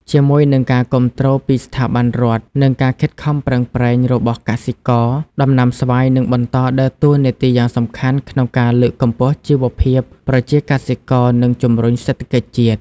ជាមួយនឹងការគាំទ្រពីស្ថាប័នរដ្ឋ និងការខិតខំប្រឹងប្រែងរបស់កសិករ ដំណាំស្វាយនឹងបន្តដើរតួនាទីយ៉ាងសំខាន់ក្នុងការលើកកម្ពស់ជីវភាពប្រជាកសិករ និងជំរុញសេដ្ឋកិច្ចជាតិ។